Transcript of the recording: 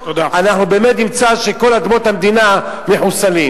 אנחנו באמת נמצא שכל אדמות המדינה מחוסלות.